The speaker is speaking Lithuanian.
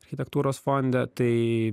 architektūros fonde tai